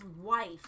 wife